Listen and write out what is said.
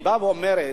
היא באה ואומרת,